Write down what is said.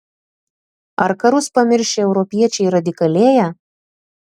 ar karus pamiršę europiečiai radikalėja